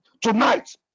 Tonight